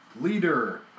Leader